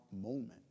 moment